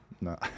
no